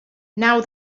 now